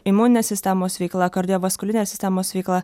imuninės sistemos veikla kardiovaskulinės sistemos veikla